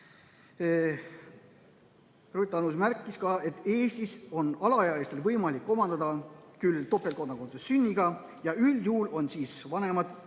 Ruth Annus märkis ka, et Eestis on alaealistel võimalik omandada küll topeltkodakondsus sünniga. Üldjuhul on siis vanemad